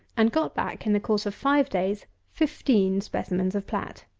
and got back, in the course of five days, fifteen specimens of plat.